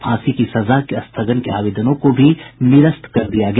फांसी की सजा के स्थगन के आवेदनों को भी निरस्त कर दिया गया